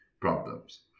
problems